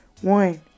One